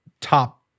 top